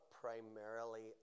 primarily